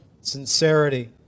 sincerity